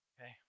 okay